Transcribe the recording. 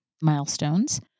milestones